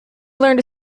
learned